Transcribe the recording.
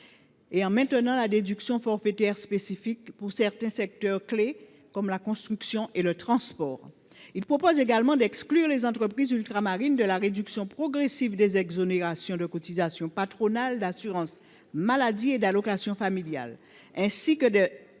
et en maintenant la déduction forfaitaire spécifique pour certains secteurs clés, comme la construction et le transport. Il tend également à exclure les entreprises ultramarines de la réduction progressive des exonérations de cotisations patronales d’assurance maladie et d’allocations familiales, ainsi que de